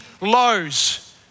lows